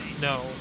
No